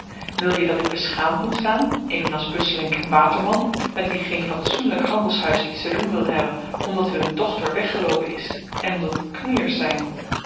wil je dat ik beschaamd moet staan evenals busselinck waterman met wie geen fatsoenlyk handelshuis iets te doen wil hebben omdat hun dochter weggeloopen is en omdat het knoeiers zyn